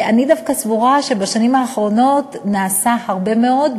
אני דווקא סבורה שבשנים האחרונות נעשה הרבה מאוד,